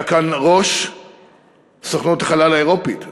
היה כאן ראש סוכנות החלל האירופית דורדין,